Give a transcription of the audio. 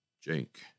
jake